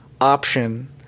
option